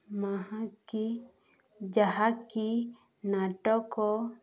ଯାହାକି ନାଟକ